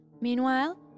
Meanwhile